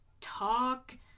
talk